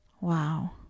Wow